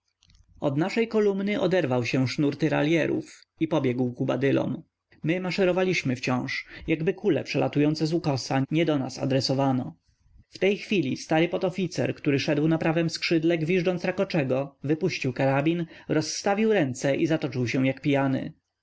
od naszej kolumny oderwał się sznur tyralierów i pobiegł ku badylom my maszerowaliśmy wciąż jakby kule przelatujące z ukosa nie do nas adresowano w tej chwili stary podoficer który szedł na prawem skrzydle gwiżdżąc rakoczego wypuścił karabin rozstawił ręce i zatoczył się jak pijany